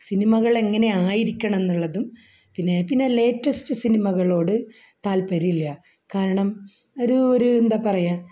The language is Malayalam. സിനിമകൾ എങ്ങനെ ആയിരിക്കണം എന്നുള്ളതും പിന്നെ പിന്നെ ലേറ്റസ്റ്റ് സിനിമകളോട് താല്പര്യം ഇല്ല കാരണം ഒരു ഒരു എന്താണ് പറയുക